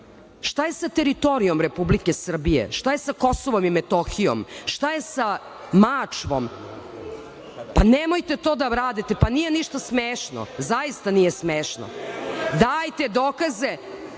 Šta je sa teritorijom Republike Srbije? Šta je sa Kosovom i Metohijom? Šta je sa Mačvom? Nemojte to da radite. Nije ništa smešno, zaista nije smešno. Dajte dokaze. Vidi,